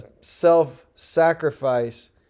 self-sacrifice